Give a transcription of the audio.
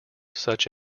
such